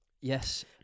yes